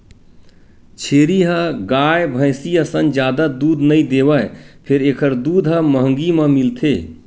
छेरी ह गाय, भइसी असन जादा दूद नइ देवय फेर एखर दूद ह महंगी म मिलथे